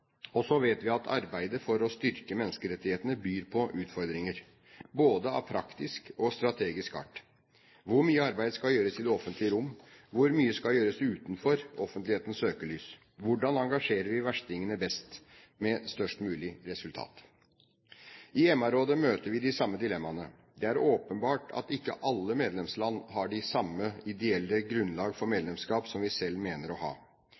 Så vet vi at arbeidet med å styrke menneskerettighetene byr på utfordringer, både av praktisk og strategisk art. Hvor mye arbeid skal gjøres i det offentlige rom, og hvor mye skal gjøres utenfor offentlighetens søkelys? Hvordan engasjerer vi verstingene best med størst mulig resultat? I MR-rådet møter vi de samme dilemmaene. Det er åpenbart at ikke alle medlemslandene har samme ideelle grunnlag for medlemskapet som vi selv mener å ha.